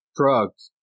drugs